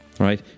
Right